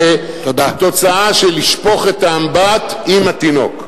היא תוצאה של לשפוך את מי האמבט עם התינוק.